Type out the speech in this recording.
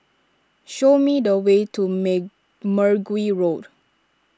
show me the way to Mergui Road